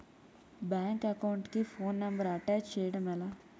Bank account కి phone number attach చేయడం ఎలా?